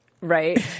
Right